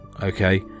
Okay